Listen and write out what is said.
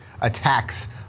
attacks